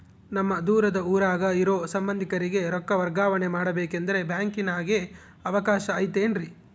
ನಮ್ಮ ದೂರದ ಊರಾಗ ಇರೋ ಸಂಬಂಧಿಕರಿಗೆ ರೊಕ್ಕ ವರ್ಗಾವಣೆ ಮಾಡಬೇಕೆಂದರೆ ಬ್ಯಾಂಕಿನಾಗೆ ಅವಕಾಶ ಐತೇನ್ರಿ?